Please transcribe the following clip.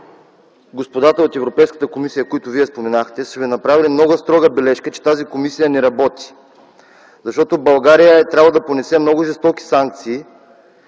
господата от Европейската комисия, които Вие споменахте, са ви направили много строга бележка, че тази комисия не работи, защото България е трябвало да понесе много жестоки санкции